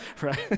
right